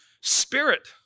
spirit